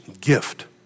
gift